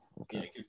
Okay